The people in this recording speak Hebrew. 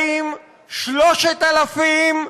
2000, 3000,